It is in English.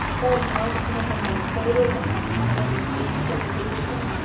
bearing in mind that some of them may have faded or had degradation degradation